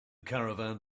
caravan